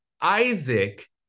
Isaac